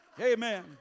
Amen